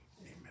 Amen